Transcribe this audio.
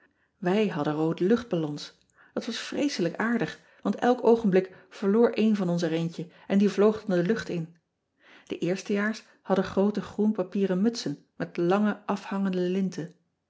ij hadden roode luchtballons at was vreeselijk aardig want elk oogenblik verloor een van ons er eentje en die vloog dan de lucht in e eerste jaars hadden groote groen papieren mutsen met lange afhangende linten